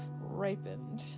ripened